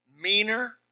meaner